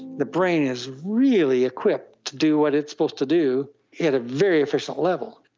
the brain is really equipped to do what it's supposed to do at a very efficient level.